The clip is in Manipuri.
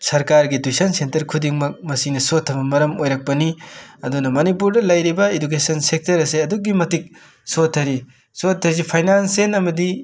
ꯁꯔꯀꯥꯔꯒꯤ ꯇꯨꯏꯁꯟ ꯁꯦꯟꯇꯔ ꯈꯨꯗꯤꯡꯃꯛ ꯃꯁꯤꯅ ꯁꯣꯠꯊꯕ ꯃꯔꯝ ꯑꯣꯏꯔꯛꯄꯅꯤ ꯑꯗꯨꯅ ꯃꯅꯤꯄꯨꯔꯗ ꯂꯩꯔꯤꯕ ꯏꯗꯨꯀꯦꯁꯟ ꯁꯦꯛꯇꯔ ꯑꯁꯦ ꯑꯗꯨꯛꯀꯤ ꯃꯇꯤꯛ ꯁꯣꯠꯊꯔꯤ ꯁꯣꯠꯊꯔꯤꯁꯦ ꯐꯥꯏꯅꯥꯟꯁꯦꯜ ꯑꯃꯗꯤ